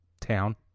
town